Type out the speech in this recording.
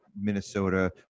Minnesota